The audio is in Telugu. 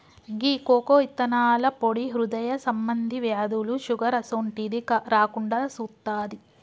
గీ కోకో ఇత్తనాల పొడి హృదయ సంబంధి వ్యాధులు, షుగర్ అసోంటిది రాకుండా సుత్తాది